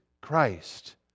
Christ